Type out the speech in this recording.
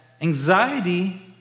anxiety